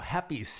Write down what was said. Happy